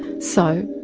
so,